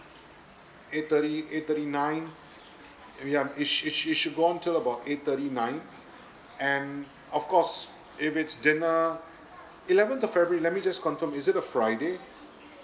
eight thirty eight thirty nine ya it s~ it s~ it should go on till about eight thirty nine and of course if it's dinner eleventh of february let me just confirm is it a friday